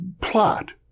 plot